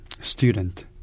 student